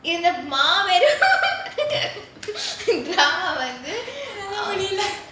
இந்த மாபெரும்:intha maaperum drama வந்து அம்மா முடியல:vanthu amma mudiyaala